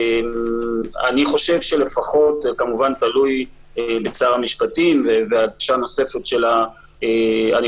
זה כמובן תלוי בשר המשפטים ובהגשה נוספת של הצעת החוק,